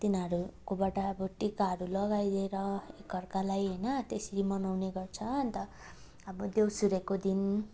तिनीहरूकोबाट अब टिकाहरू लगाइदिएर एकाअर्कालाई होइन त्यसरी मनाउने गर्छ अन्त अब देउसुरेको दिन